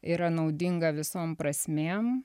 yra naudinga visom prasmėm